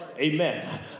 Amen